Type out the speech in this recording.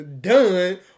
done